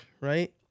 right